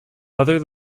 other